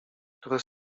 które